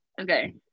okay